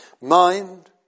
mind